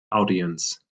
audience